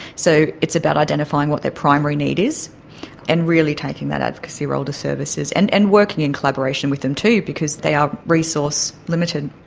so it's about identifying what their primary need is and really taking that advocacy role to services, and and working in collaboration with them too because they are resource limited.